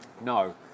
No